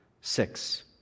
Six